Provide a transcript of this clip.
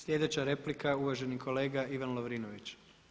Slijedeća replika je uvaženi kolega Ivan Lovrinović.